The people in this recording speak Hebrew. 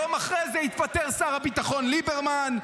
יום אחרי זה התפטר שר הביטחון ליברמן,